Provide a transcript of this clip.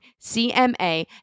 CMA